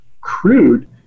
crude